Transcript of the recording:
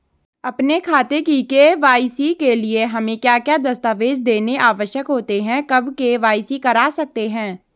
अपने खाते की के.वाई.सी के लिए हमें क्या क्या दस्तावेज़ देने आवश्यक होते हैं कब के.वाई.सी करा सकते हैं?